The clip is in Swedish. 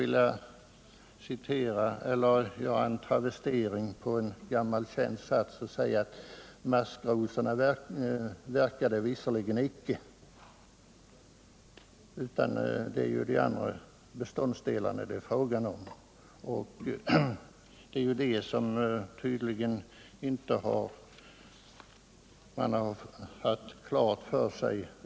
Och jag skulle vilja göra en travestering på en gammal känd sats och säga: Maskrosorna verkar det förvisso icke. Det är de andra beståndsdelarna det är fråga om. Men detta har man tydligen inte haft klart för sig.